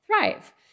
thrive